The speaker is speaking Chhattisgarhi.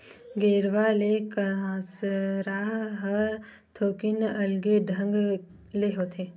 गेरवा ले कांसरा ह थोकिन अलगे ढंग ले होथे